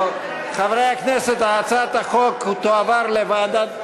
טוב, חברי הכנסת, הצעת החוק תועבר לוועדת,